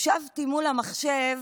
ישבתי מול המחשב